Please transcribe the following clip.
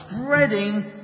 spreading